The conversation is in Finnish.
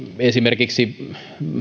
esimerkiksi